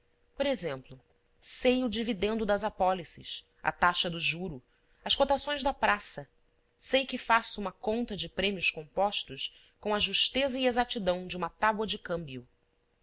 por exemplo sei o dividendo das apólices a taxa do juro as cotações da praça sei que faço uma conta de prêmios compostos com a justeza e exatidão de uma tábua de câmbio